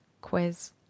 quiz